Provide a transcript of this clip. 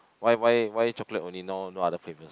why why why chocolate only no no other flavours